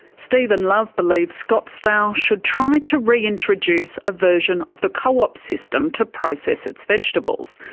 stephen love believes scottsdale should try to reintroduce a version of the co-op system to process its vegetables.